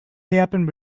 happened